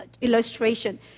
illustration